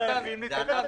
חייבים להתייחס אליו.